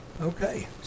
Okay